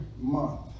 month